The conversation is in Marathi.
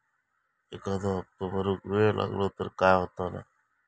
एखादो हप्तो भरुक वेळ लागलो तर काय होतला?